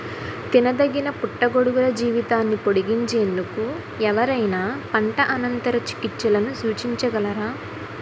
తినదగిన పుట్టగొడుగుల జీవితాన్ని పొడిగించేందుకు ఎవరైనా పంట అనంతర చికిత్సలను సూచించగలరా?